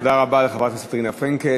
תודה רבה לחברת הכנסת רינה פרנקל.